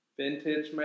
Vintage